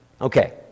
Okay